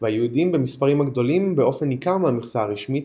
והיהודים במספרים הגדולים באופן ניכר מהמכסה הרשמית,